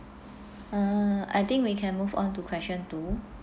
uh I think we can move on to question two